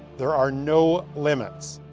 there are no limits.